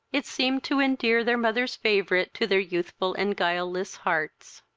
it seemed to endear their mother's favourite to their youthful and guileless hearts.